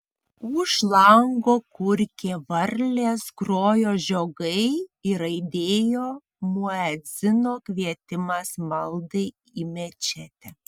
už lango kurkė varlės grojo žiogai ir aidėjo muedzino kvietimas maldai į mečetę